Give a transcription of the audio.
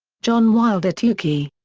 john wilder tukey.